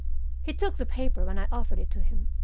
he took the paper when i offered it to him,